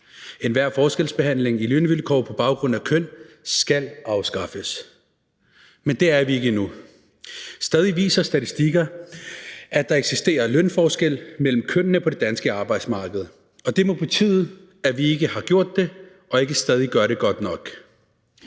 Enhver forskelsbehandling med hensyn til lønvilkår på baggrund af køn skal afskaffes, men der er vi ikke endnu. Statistikkerne viser stadig væk, at der eksisterer lønforskelle mellem kønnene på det danske arbejdsmarked, og det må betyde, at vi ikke har gjort det og stadig ikke gør det godt nok.